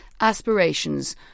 aspirations